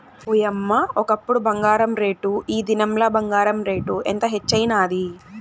ఓయమ్మ, ఒకప్పుడు బంగారు రేటు, ఈ దినంల బంగారు రేటు ఎంత హెచ్చైనాది